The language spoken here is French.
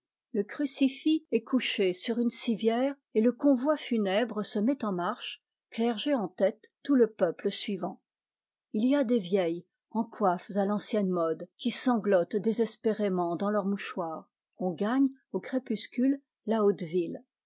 le crucifix est couché sur une civière et le convoi funèbre se met en marche clergé en tête tout le peuple suivant il y a des vieilles en coiffes à l'ancienne mode qui sanglotent désespérément dans leurs mouchoirs on gagne au crépuscule la